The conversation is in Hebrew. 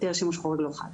היתר שימוש חורג לא חל.